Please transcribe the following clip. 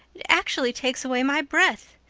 it actually takes away my breath.